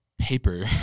Paper